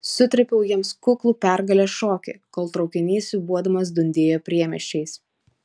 sutrypiau jiems kuklų pergalės šokį kol traukinys siūbuodamas dundėjo priemiesčiais